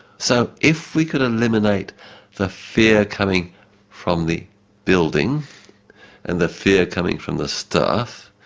so if we could eliminate the fear coming from the building and the fear coming from the staff,